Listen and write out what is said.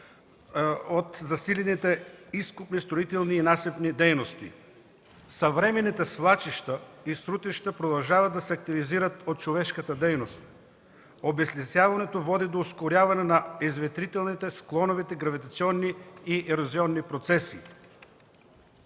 от засилените изкопни строителни и насипни дейности. Съвременните свлачища и срутища продължават да се активизират от човешката дейност. Обезлесяването води до ускоряване на изветрителните, склоновите гравитационни и ерозионни процеси.